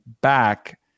back